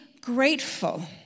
grateful